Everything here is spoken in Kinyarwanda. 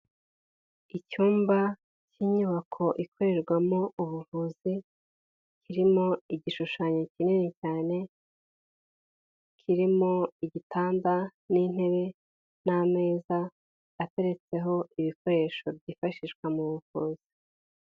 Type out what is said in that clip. Icyumba cy'inyubako ikorerwamo ubuvuzi kirimo igishushanyo kinini cyane, kirimo igitanda n'intebe n'ameza ateretseho ibikoresho byifashishwa mu buvuzi.